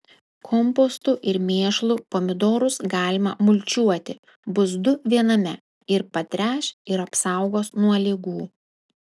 kompostu ir mėšlu pomidorus galima mulčiuoti bus du viename ir patręš ir apsaugos nuo ligų